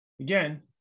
again